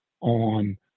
on